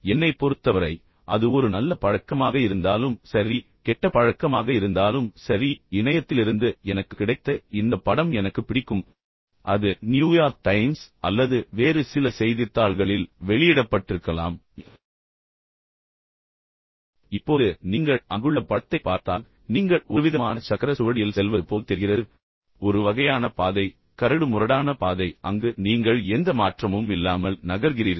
என்னைப் பொறுத்தவரை அது ஒரு நல்ல பழக்கமாக இருந்தாலும் சரி கெட்ட பழக்கமாக இருந்தாலும் சரி இணையத்திலிருந்து எனக்கு கிடைத்த இந்த படம் எனக்கு பிடிக்கும் அது நியூயார்க் டைம்ஸ் அல்லது வேறு சில செய்தித்தாள்களில் வெளியிடப்பட்டிருக்கலாம் இப்போது நீங்கள் அங்குள்ள படத்தைப் பார்த்தால் நீங்கள் ஒருவிதமான சக்கர சுவடியில் செல்வது போல் தெரிகிறது ஒரு வகையான பாதை கரடு முரடான பாதை அங்கு நீங்கள் எந்த மாற்றமும் இல்லாமல் நகர்கிறீர்கள்